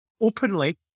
openly